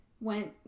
went